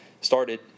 started